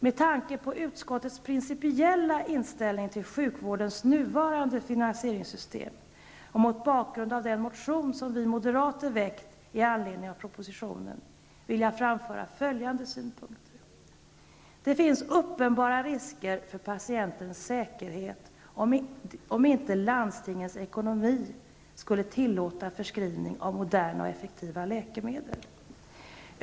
Med tanke på utskottets principiella inställning till sjukvårdens nuvarande finansieringssystem och mot bakgrund av den motion som vi moderater väckt i anledning av propositionen vill jag framför följande synpunkter: -- Det finns uppenbara risker för patientens säkerhet om inte landstingens ekonomi skulle tillåta förskrivning av moderna och effektiva läkemedel.